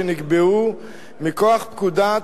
שנקבעו מכוח פקודת